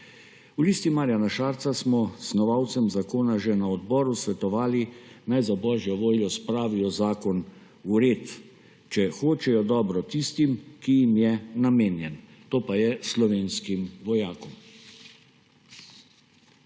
V Listi Marjana Šarca smo snovalcem zakona že na odboru svetovali, naj za božjo voljo spravijo zakon v red, če hočejo dobro tistim, ki jim je namenjen, to pa je slovenskim vojakom.